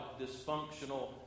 Dysfunctional